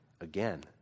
again